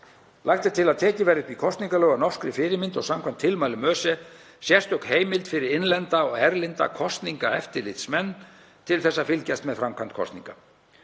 Lagt er til að tekið verði upp í kosningalög að norskri fyrirmynd og samkvæmt tilmælum ÖSE sérstök heimild fyrir innlenda og erlenda kosningaeftirlitsmenn til að fylgjast með framkvæmd kosninga.